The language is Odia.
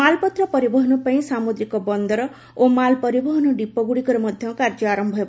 ମାଲ୍ ପତ୍ର ପରିବହନ ପାଇଁ ସାମୁଦ୍ରିକ ବନ୍ଦର ଓ ମାଲ ପରିବହନ ଡିପୋଗୁଡ଼ିକରେ ମଧ୍ୟ କାର୍ଯ୍ୟ ଆରମ୍ଭ ହେବ